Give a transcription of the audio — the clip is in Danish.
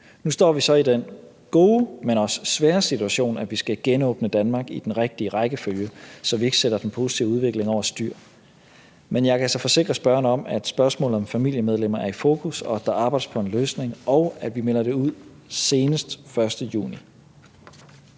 Nu står vi så i den gode, men også svære situation, at vi skal genåbne Danmark i den rigtige rækkefølge, så vi ikke sætter den positive udvikling over styr. Men jeg kan så forsikre spørgeren om, at spørgsmålet om familiemedlemmer er i fokus, at der arbejdes på en løsning, og at vi melder det ud senest den 1. juni.